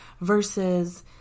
versus